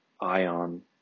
ion